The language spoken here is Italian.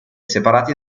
separati